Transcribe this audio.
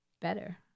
better